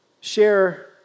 share